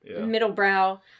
middle-brow